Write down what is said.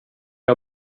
jag